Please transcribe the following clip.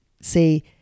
say